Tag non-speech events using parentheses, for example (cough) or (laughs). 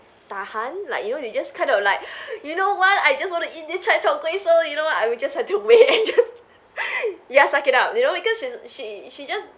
tahan like you know they just kind of like (breath) you know what I just wanna eat this chai tow kueh so you know what I will just had to wait (laughs) ya suck it up you know because she's she she just